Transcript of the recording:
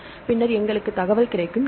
எனவே பின்னர் எங்களுக்கு தகவல் கிடைக்கும்